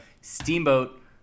Steamboat